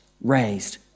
raised